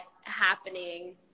happening